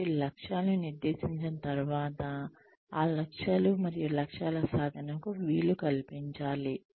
కాబట్టి లక్ష్యాలను నిర్దేశించిన తర్వాత ఆ లక్ష్యాలు మరియు లక్ష్యాల సాధనకు వీలు కల్పించాలి